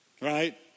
right